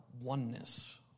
oneness